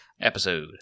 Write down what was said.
episode